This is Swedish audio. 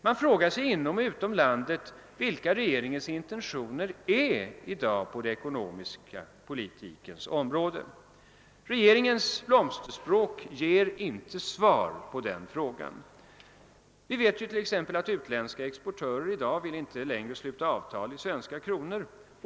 Man frågar sig inom och utom landet vilka regeringens intentioner i dag är på den ekonomiska politikens område. Regeringens blomsterspråk ger inte något svar på den frågan. Vi vet t.ex. att utländska exportörer inte längre vill sluta avtal i svenska kronor.